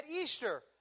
Easter